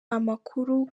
amakuru